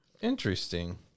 Interesting